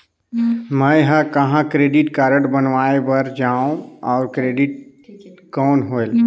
मैं ह कहाँ क्रेडिट कारड बनवाय बार जाओ? और क्रेडिट कौन होएल??